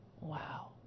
Wow